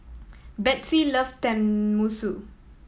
Bethzy loves Tenmusu